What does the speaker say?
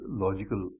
logical